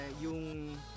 yung